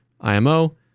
IMO